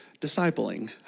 discipling